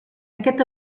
aquest